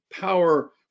power